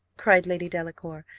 cried lady delacour,